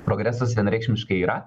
progresas vienareikšmiškai yra